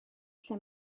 lle